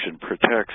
protects